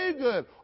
good